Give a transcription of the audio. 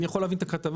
אני יכול להבין את זה,